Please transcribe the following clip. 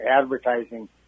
advertising